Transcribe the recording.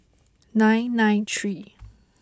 nine nine three